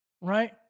right